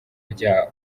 ryawo